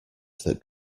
that